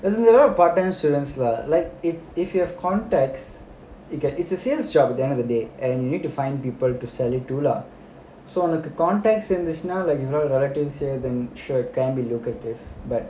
I mean there's a lot of part time students lah like it's if you have contacts you get it's a sales job at the end of the day and you need to find people to sell it to lah so உனக்கு:unakku contacts இருந்துச்சுன்னா:irunthuchunaa if you have a lot of relatives here then sure can be lucrative but